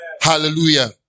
Hallelujah